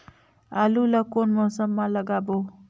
आलू ला कोन मौसम मा लगाबो?